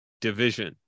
division